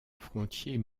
frontier